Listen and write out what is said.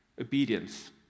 obedience